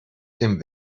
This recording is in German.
dem